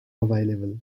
available